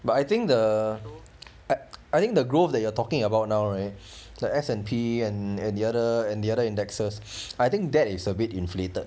but I think the I think the growth that you are talking about now right the S_N_P and the other and the other indices I think that is a bit inflated